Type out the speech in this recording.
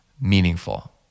meaningful